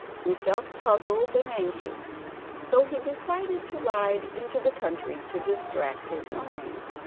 he felt puzzled and anxious so he decided to ride into the country to distract his mind,